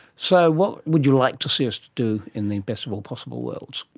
so what would you like to see us do in the best of all possible worlds?